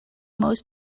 most